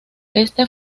este